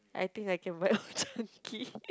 I think I can buy Old-Chang-Kee